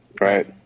Right